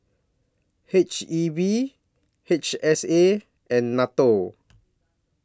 H E B H S A and NATO